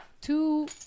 two